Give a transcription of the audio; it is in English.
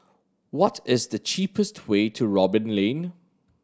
what is the cheapest way to Robin Lane